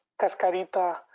Cascarita